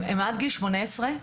הם עד גיל שמונה עשרה.